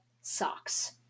socks